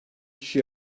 kişi